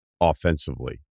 offensively